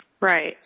Right